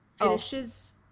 finishes